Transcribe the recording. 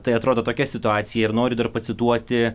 tai atrodo tokia situacija ir noriu dar pacituoti